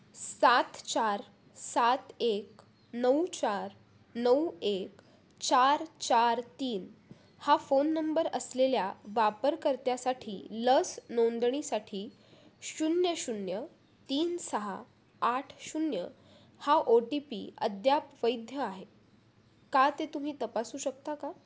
सात चार सात एक नऊ चार नऊ एक चार चार तीन हा फोन नंबर असलेल्या वापरकर्त्यासाठी लस नोंदणीसाठी शून्य शून्य तीन सहा आठ शून्य हा ओ टी पी अद्याप वैध आहे का ते तुम्ही तपासू शकता का